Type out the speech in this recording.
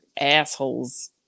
assholes